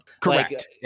Correct